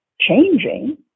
changing